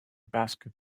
basket